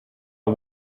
are